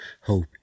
hope